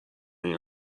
این